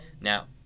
Now